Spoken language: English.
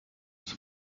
was